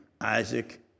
Isaac